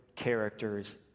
characters